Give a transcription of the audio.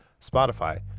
spotify